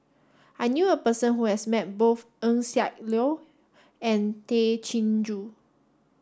I knew a person who has met both Eng Siak Loy and Tay Chin Joo